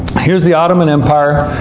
here's the ottoman empire.